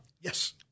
Yes